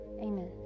amen